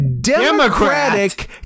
democratic